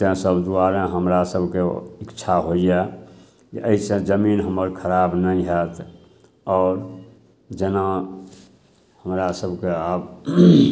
तऽ ताहिसब दुआरे हमरासभके इच्छा होइए जे एहिसे जमीन हमर खराब नहि हैत आओर जेना हमरासभके आब